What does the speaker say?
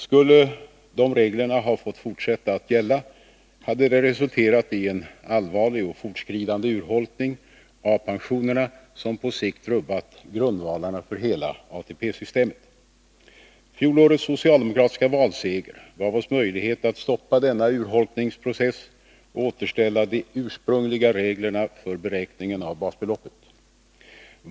Skulle de reglerna ha fått fortsätta att gälla, hade det resulterat i en allvarlig och fortskridande urholkning av pensionerna, som på sikt rubbat grundvalarna för hela ATP-systemet. Fjolårets socialdemokratiska valseger gav oss möjlighet att stoppa denna urholkningsprocess och återställa de ursprungliga reglerna för beräkningen av basbeloppet.